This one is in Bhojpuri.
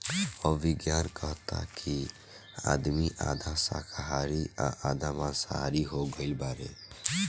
अब विज्ञान कहता कि आदमी आधा शाकाहारी आ आधा माँसाहारी हो गईल बाड़े